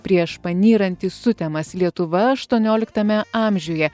prieš panyrant į sutemas lietuva aštuonioliktame amžiuje